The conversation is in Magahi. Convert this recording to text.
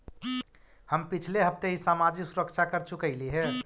हम पिछले हफ्ते ही सामाजिक सुरक्षा कर चुकइली हे